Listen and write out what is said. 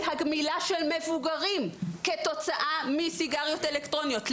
הגמילה של מבוגרים כתוצאה מסיגריות אלקטרוניות,